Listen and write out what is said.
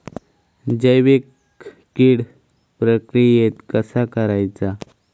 जैविक कीड प्रक्रियेक कसा करायचा?